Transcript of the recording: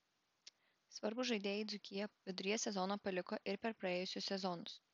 svarbūs žaidėjai dzūkiją viduryje sezono paliko ir per praėjusius sezonus